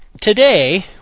Today